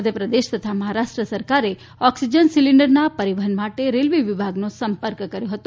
મધ્યપ્રદેશ તથા મહારાષ્ટ્ર સરકારે ઓક્સિજન સીલીન્ડરના પરીવહન માટે રેલ્વે વિભાગનો સંપર્ક કર્યો હતો